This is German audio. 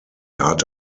hat